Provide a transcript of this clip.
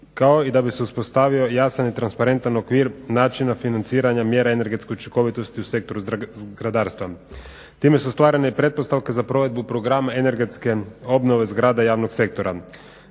kao i da bi uspostavio jasan i transparentan okvir načina financiranja mjere energetske učinkovitosti u sektoru zgradarstva. Time su ostvarene i pretpostavke za provedbu program energetske obnove zgrade javnog sektora.